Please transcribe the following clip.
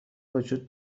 وجود